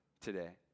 today